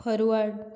forward